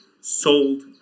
sold